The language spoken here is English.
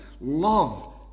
love